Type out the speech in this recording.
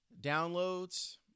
downloads